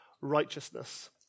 righteousness